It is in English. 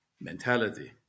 mentality